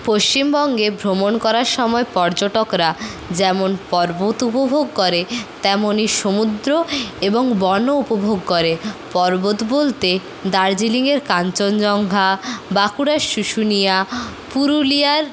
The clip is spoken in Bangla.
পশ্চিমবঙ্গে ভ্রমণ করার সময় পর্যটকরা যেমন পর্বত উপভোগ করে তেমনই সমুদ্র এবং বনও উপভোগ করে পর্বত বলতে দার্জিলিংয়ের কাঞ্চনজঙ্গা বাঁকুড়ার শুশুনিয়া পুরুলিয়ার